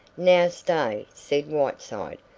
now, stay, said whiteside,